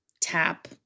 tap